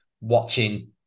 watching